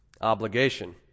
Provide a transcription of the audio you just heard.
obligation